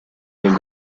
del